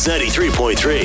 93.3